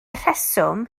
rheswm